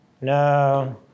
No